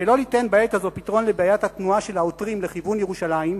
שלא ניתן בעת הזו פתרון לבעיית התנועה של העותרים לכיוון ירושלים,